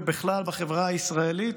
ובכלל בחברה הישראלית?